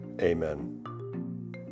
Amen